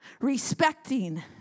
respecting